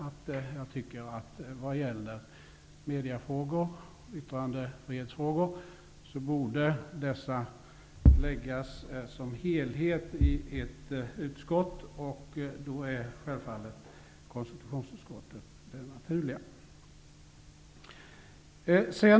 Jag tycker att alla mediefrågor och yttrandefrihetsfrågor borde läggas i ett utskott, och då är självfallet konstitutionsutskottet det naturliga utskottet.